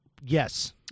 Yes